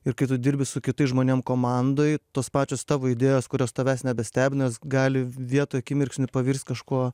ir kai tu dirbi su kitais žmonėm komandoj tos pačios tavo idėjos kurios tavęs nebestebina jos gali vietoj akimirksniu pavirsti kažkuo